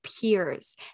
peers